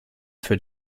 für